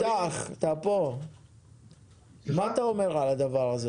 יפתח, מה אתה אומר על הדבר הזה?